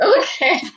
Okay